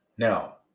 Now